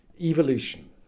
Evolution